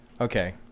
Okay